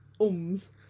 ums